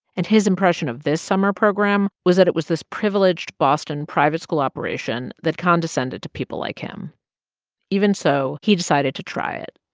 and his impression of this summer program was that it was this privileged, boston private school operation that condescended to people like him even so, he decided to try it.